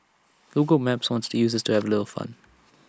Google maps wants users to have A little fun